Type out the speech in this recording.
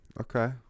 Okay